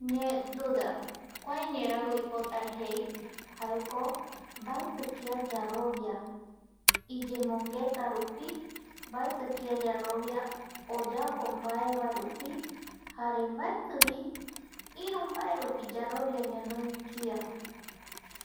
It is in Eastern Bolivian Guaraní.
Ñe duda kua ñeraɨ oipota jei jaeko mbaetɨ kia yarovia iyemongueta rupi mbaetɨ kia yarovia oyapo mbaeva rupi jare mbaetɨvi Ïru mbae rupi yarovia ñanoi kia